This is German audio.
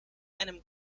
einem